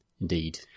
Indeed